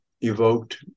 evoked